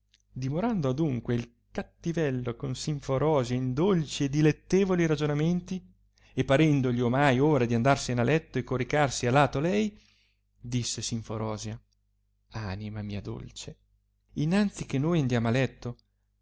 dimorando adunque il cattivello con simforosia in dolci e dilettevoli ragionamenti e parendogli ornai ora di andarsene a letto e coricarsi a lato lei disse simforosia anima mia dolce innanzi che noi andiamo a letto